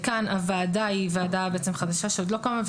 כאן הוועדה היא ועדה חדשה שעוד לא קמה,